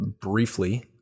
briefly